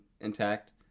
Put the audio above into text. intact